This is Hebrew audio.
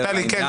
לדבר?